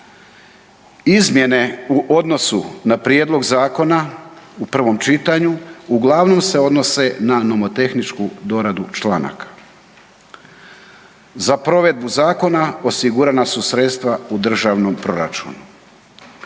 Izmjene u odnosu na prijedlog zakona u prvom čitanju uglavnom se odnose na novotehničku doradu članaka. Za provedbu zakona osigurana su sredstva u državnom proračunu.